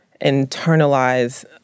internalize